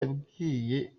yabwiye